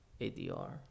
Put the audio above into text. ADR